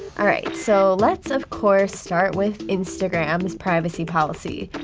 alright, so let's, of course, start with instagram's privacy policy.